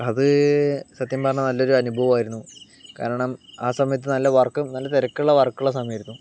അത് സത്യം പറഞ്ഞാ നല്ലൊരു അനുഭവം ആയിരുന്നു കാരണം ആ സമയത്ത് നല്ല വർക്കും നല്ല തെരക്കുള്ള വർക്ക് ഉള്ള സാമ്യം ആയിരുന്നു